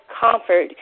comfort